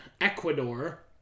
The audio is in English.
Ecuador